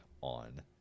on